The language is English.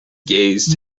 gaze